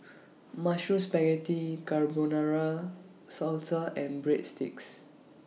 Mushroom Spaghetti Carbonara Salsa and Breadsticks